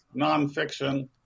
nonfiction